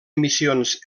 emissions